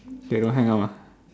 K don't hang up ah